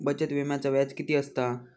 बचत विम्याचा व्याज किती असता?